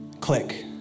click